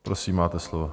Prosím, máte slovo.